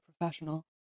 professional